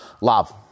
Love